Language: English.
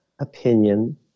opinion